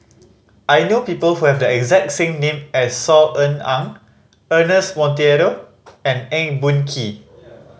I know people who have the exact same name as Saw Ean Ang Ernest Monteiro and Eng Boh Kee